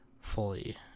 Fully